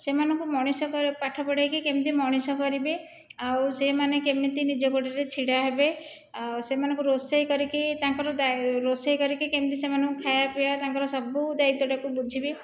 ସେମାନଙ୍କୁ ମଣିଷ କରି ପାଠ ପଢ଼ାଇକି କେମିତି ମଣିଷ କରିବି ଆଉ ସେମାନେ କେମିତି ନିଜ ଗୋଡ଼ରେ ଛିଡ଼ା ହେବେ ଆଉ ସେମାନଙ୍କୁ ରୋଷେଇ କରିକି ତାଙ୍କର ରୋଷେଇ କରିକି କେମିତି ସେମାନଙ୍କୁ ଖାଇବା ପିଇବା ତାଙ୍କର ସବୁ ଦାୟିତ୍ଵଟାକୁ ବୁଝିବି